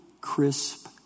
crisp